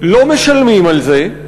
לא משלמים על זה.